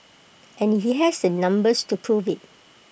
and he has the numbers to prove IT